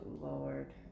Lord